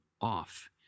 off